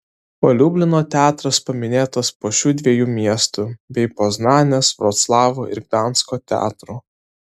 o liublino teatras paminėtas po šių dviejų miestų bei poznanės vroclavo ir gdansko teatrų